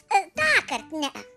takart ne